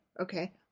Okay